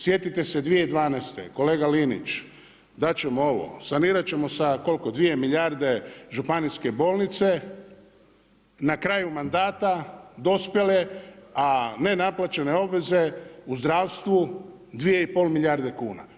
Sjetite se 2012. kolega Linić, dati ćemo ovo, sanirati ćemo sa koliko 2 milijarde županijske bolnice na kraju mandata dospjele a ne naplaćene obveze u zdravstvu 2,5 milijarde kuna.